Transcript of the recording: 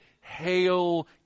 Hail